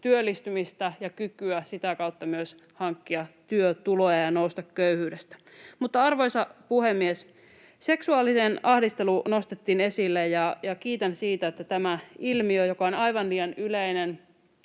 työllistymistä ja sitä kautta kykyä myös hankkia työtuloja ja nousta köyhyydestä. Mutta, arvoisa puhemies, seksuaalinen ahdistelu nostettiin esille, ja kiitän siitä, että tämä ilmiö, joka on aivan liian yleinen